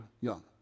young